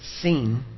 seen